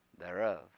thereof